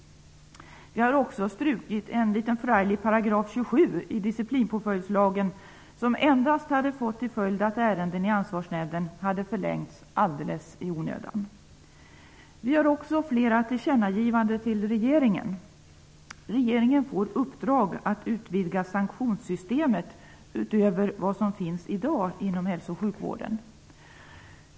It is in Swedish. Vi har också strukit en liten förarglig paragraf, 27 § i disciplinpåföljdslagen, som endast hade till följd att ärenden i Ansvarsnämnden förlängdes alldeles i onödan. Vi gör också flera tillkännagivanden till regeringen. Regeringen får i uppdrag att utvidga det sanktionssystem som finns i dag inom hälso och sjukvården.